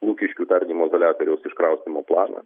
lukiškių tardymo izoliatoriaus iškraustymo planą